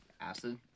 Acid